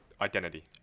Identity